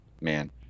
man